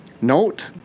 Note